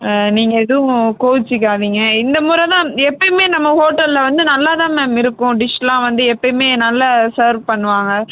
நீங்கள் எதுவும் கோவ்ச்சுக்காதிங்க இந்தமுறை தான் எப்பைமே நம்ம ஹோட்டலில் வந்து நல்லா தான் மேம் இருக்கும் டிஷ்லாம் வந்து எப்பைமே நல்லா சர்வ் பண்ணுவாங்க